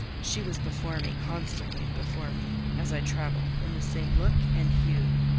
she was before me, constantly before me, as i travelled, in the same look and hue.